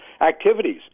activities